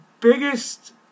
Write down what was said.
biggest